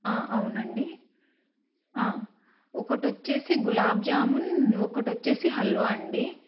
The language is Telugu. అవునండి ఒకటి వచ్చేసి గులాబ్ జామున్ ఒకటి వచ్చేసి హల్వా అండి